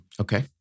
Okay